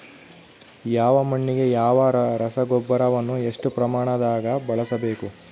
ಯಾವ ಮಣ್ಣಿಗೆ ಯಾವ ರಸಗೊಬ್ಬರವನ್ನು ಎಷ್ಟು ಪ್ರಮಾಣದಾಗ ಬಳಸ್ಬೇಕು?